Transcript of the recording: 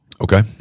Okay